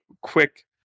quick